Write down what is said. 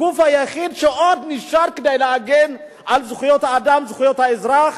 הגוף היחיד שעוד נשאר כדי להגן על זכויות האדם וזכויות האזרח